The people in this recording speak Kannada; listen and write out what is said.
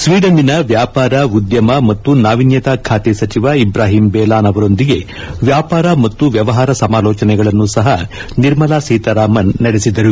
ಸ್ನೀಡನ್ನಿನ ವ್ಯಾಪಾರ ಉದ್ಯಮ ಮತ್ತು ನಾವಿನ್ನತಾ ಖಾತೆ ಸಚಿವ ಇಬ್ರಾಹಿಂ ಬೇಲಾನ್ ಅವರೊಂದಿಗೆ ವ್ಯಾಪಾರ ಮತ್ತು ವ್ಯವಹಾರ ಸಮಾಲೋಚನೆಗಳನ್ನು ಸಹ ನಿರ್ಮಲಾ ಸೀತಾರಾಮನ್ ನಡೆಸಿದರು